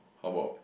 how about